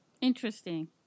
Interesting